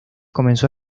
comenzó